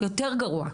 יותר גרוע,